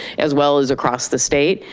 as well as across the state.